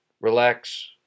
relax